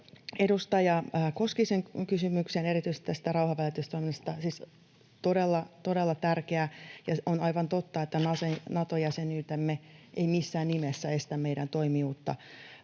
edustaja Koskisen kysymykseen erityisesti tästä rauhanvälitystoiminnasta: Siis todella, todella tärkeää, ja on aivan totta, että Nato-jäsenyytemme ei missään nimessä estä meidän toimivuutta